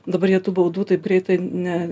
dabar jie tų baudų taip greitai ne